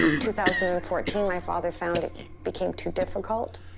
two thousand and fourteen, my father found it became too difficult.